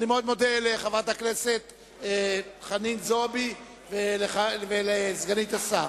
אני מאוד מודה לחברת הכנסת חנין זועבי ולסגנית השר.